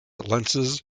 lenses